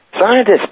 Scientists